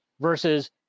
versus